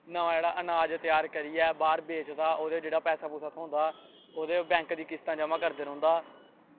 नमां जेह्ड़ा अनाज त्यार करियै बाह्र बेचदा ओह्दे जेह्ड़ा पैसा पुसा थ्होंदा ओह्दी बैंक दियां किस्तां ज'मा करदे रौंह्दा